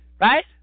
right